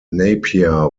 napier